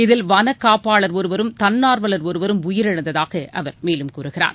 இதில் வனக்காப்பாளர் ஒருவரும் தன்னார்வலர் ஒருவரும் உயிரிழந்ததாக அவர் மேலும் கூறுகிறார்